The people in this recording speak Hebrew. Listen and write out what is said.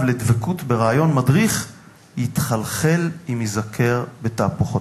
לדבקות ברעיון מדריך יתחלחל אם ייזכר בתהפוכותיו: